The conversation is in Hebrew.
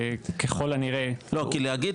וככל הנראה --- כי להגיד,